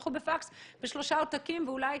תשלחו בפקס בשלושה עותקים ואולי?